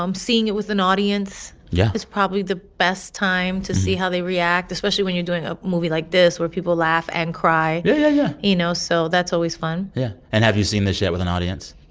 um seeing it with an audience. yeah. is probably the best time to see how they react, especially when you're doing a movie like this where people laugh and cry yeah, yeah, yeah you know, so that's always fun yeah, and have you seen this yet with an audience?